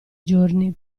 giorni